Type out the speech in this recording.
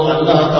Allah